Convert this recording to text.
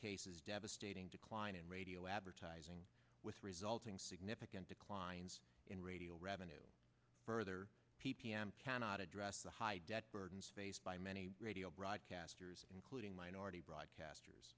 cases devastating decline in radio advertising with resulting significant declines in radio revenue further p p m cannot address the high debt burdens faced by many radio broadcasters including my already broadcasters